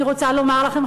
אני רוצה לומר לכם,